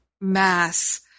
mass